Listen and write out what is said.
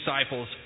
disciples